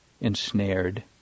ensnared